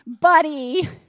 buddy